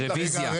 רביזיה.